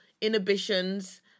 inhibitions